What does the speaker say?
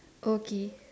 okay